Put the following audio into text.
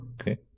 okay